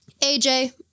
AJ